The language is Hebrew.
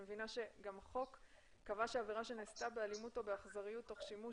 החוק קבע שעבירה שנעשתה באלימות או באכזריות תוך שימוש